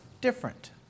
different